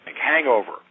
hangover